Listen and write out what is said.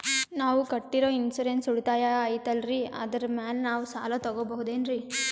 ನಾವು ಕಟ್ಟಿರೋ ಇನ್ಸೂರೆನ್ಸ್ ಉಳಿತಾಯ ಐತಾಲ್ರಿ ಅದರ ಮೇಲೆ ನಾವು ಸಾಲ ತಗೋಬಹುದೇನ್ರಿ?